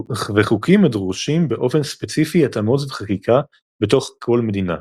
וחוקים הדורשים באופן ספציפי התאמות וחקיקה בתוך כל מדינה.